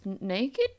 naked